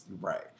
Right